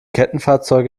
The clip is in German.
kettenfahrzeuge